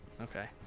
Okay